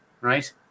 Right